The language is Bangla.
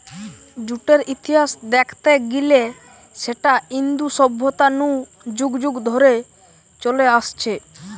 জুটের ইতিহাস দেখতে গিলে সেটা ইন্দু সভ্যতা নু যুগ যুগ ধরে চলে আসছে